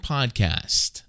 Podcast